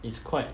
it's quite